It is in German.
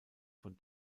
von